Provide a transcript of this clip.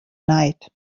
night